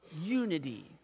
unity